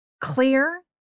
clear